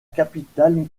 capitale